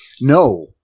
No